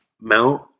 Mount